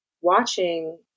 watching